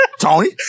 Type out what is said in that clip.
Tony